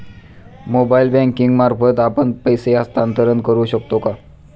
Mobile banking मार्फत आपण पैसे हस्तांतरण करू शकतो का?